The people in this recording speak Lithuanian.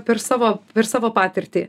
per savo per savo patirtį